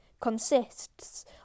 consists